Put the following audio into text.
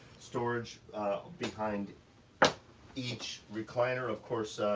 storage behind each recliner, of course,